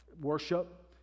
worship